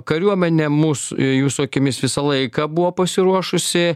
kariuomenė mus jūsų akimis visą laiką buvo pasiruošusi